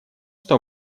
что